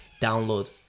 download